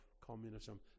communism